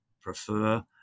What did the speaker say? prefer